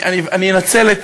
הנה הוא הגיע.